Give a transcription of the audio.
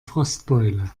frostbeule